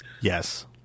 Yes